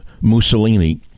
Mussolini